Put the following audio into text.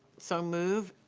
so moved.